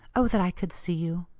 oh! that i could see you.